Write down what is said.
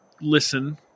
listen